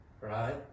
right